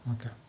Okay